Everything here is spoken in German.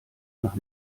nach